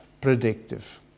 predictive